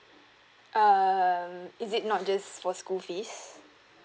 uh is it not just for school fees